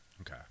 Okay